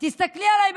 תסתכלי עליי,